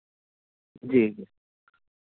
جی جی